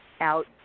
out